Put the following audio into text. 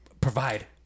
provide